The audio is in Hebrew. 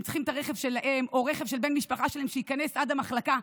הם צריכים את הרכב שלהם או רכב של בן משפחה שלהם שייכנס עד המחלקה,